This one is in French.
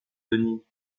wallonie